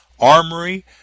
armory